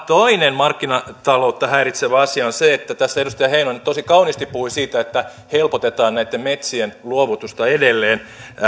toinen markkinataloutta häiritsevä asia on se että tässä edustaja heinonen tosi kauniisti puhui siitä että helpotetaan näitten metsien luovutusta edelleen